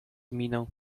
miną